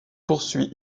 poursuit